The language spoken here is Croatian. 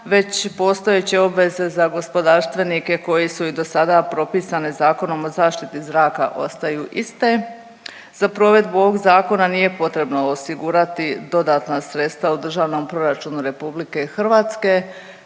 već postojeće obveze za gospodarstvenike koje su i do sada propisane Zakonom o zaštiti zraka ostaju iste. Za provedbu ovog zakona nije potrebno osigurati dodatna sredstva u državnom proračunu RH i slijedom